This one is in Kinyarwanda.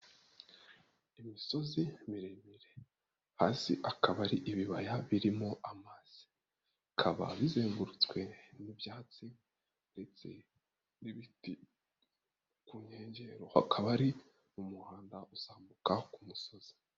Imisozi miremire, hasi akaba ari ibibaya birimo amazi, bikaba bizengurutswe n'ibyatsi ndetse n'ibiti, ku nkengero hakaba hari umuhanda uzamuka ku umusozi.